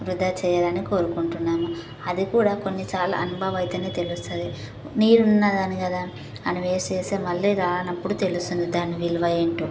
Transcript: వృధా చేయరాని కోరుకుంటున్నాము అది కూడా కొన్ని చాలా అనుభవం అయితేనే తెలుస్తుంది నీరు ఉన్నదని కదా అని వేస్ట్ చేస్తే మళ్ళీ రానప్పుడు తెలుస్తుంది దాని విలువ ఏంటో